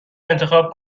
انتخاب